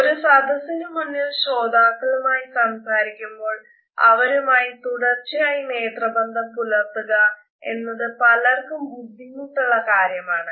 ഒരു സദസിന് മുന്നിൽ ശ്രോതാക്കളുമായി സംസാരിക്കുമ്പോൾ അവരുമായി തുടർച്ചയായി നേത്രബന്ധം പുലർത്തുക എന്നത് പലർക്കും ബുദ്ധിമുട്ടുള്ള കാര്യമാണ്